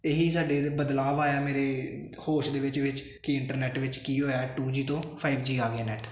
ਇਹੀ ਸਾਡੇ ਬਦਲਾਵ ਆਇਆ ਮੇਰੇ ਹੋਸ਼ ਦੇ ਵਿੱਚ ਵਿੱਚ ਕਿ ਇੰਟਰਨੈਟ ਵਿੱਚ ਕੀ ਹੋਇਆ ਟੂ ਜੀ ਤੋਂ ਫਾਈਵ ਜੀ ਆ ਗਿਆ ਨੈਟ